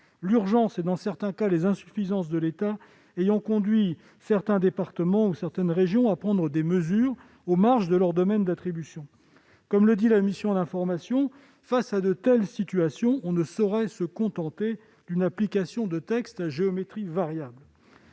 l'urgence et, dans certains cas, les insuffisances de l'État ayant conduit certains départements ou certaines régions à prendre des mesures aux marges de leurs domaines d'attribution. Comme indiqué dans la synthèse du rapport, « face à de telles situations, on ne saurait se contenter d'une application des textes à géométrie variable